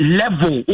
level